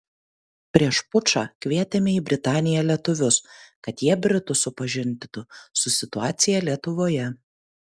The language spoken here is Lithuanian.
prieš pučą kvietėme į britaniją lietuvius kad jie britus supažindintų su situacija lietuvoje